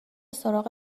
سراغ